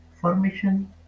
formation